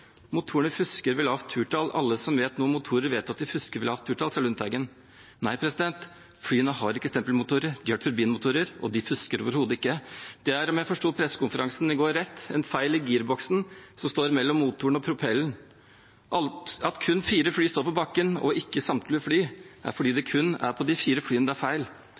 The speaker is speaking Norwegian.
Motorene fusker ved lavt turtall – alle som vet noe om motorer, vet at de fusker ved lavt turtall, sa Lundteigen. Nei, for flyene har ikke stempelmotorer. De har turbinmotorer, og de fusker overhodet ikke. Om jeg forstod pressekonferansen i går rett, er det en feil i girboksen, som står mellom motoren og propellen. At kun fire fly står på bakken, og ikke samtlige fly, er fordi det kun er feil på de fire flyene. Dersom denne feilen er